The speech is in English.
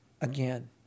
Again